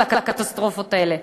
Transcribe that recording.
על הקטסטרופות האלה?